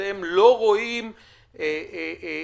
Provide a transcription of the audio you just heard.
אתם לא רואים בעייתיות.